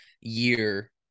year